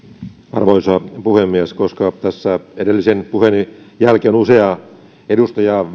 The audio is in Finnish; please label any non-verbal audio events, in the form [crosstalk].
arvoisa puhemies koska edellisen puheeni jälkeen usea edustaja [unintelligible]